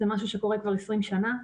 זה משהו שקורה כבר 20 שנה.